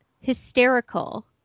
hysterical